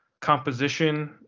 composition